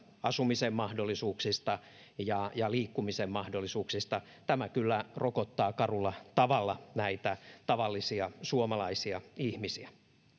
asumisen mahdollisuuksista ja ja liikkumisen mahdollisuuksista pitkien etäisyyksien maassa tämä kyllä rokottaa karulla tavalla näitä tavallisia suomalaisia ihmisiä